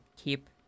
keep